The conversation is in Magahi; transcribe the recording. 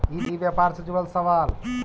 ई व्यापार से जुड़ल सवाल?